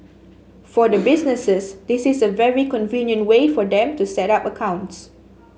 for the businesses this is a very convenient way for them to set up accounts